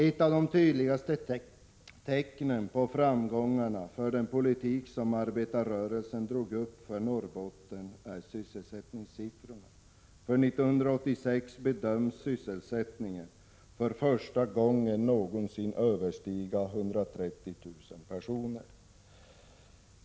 Ett av de tydligaste tecknen på framgångarna för den politik som arbetarrörelsen drog upp för Norrbotten är just sysselsättningssiffrorna. För 1986 bedöms sysselsättningen för första gången någonsin överstiga 130 000 personer.